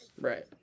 right